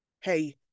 hey